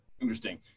Interesting